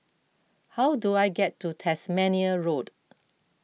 how do I get to Tasmania Road